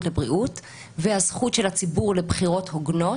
לבריאות והזכות של הציבור לבחירות הוגנות.